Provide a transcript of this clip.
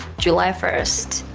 july first,